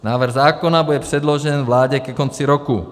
Návrh zákona bude předložen vládě ke konci roku.